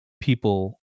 people